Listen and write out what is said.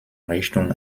richtung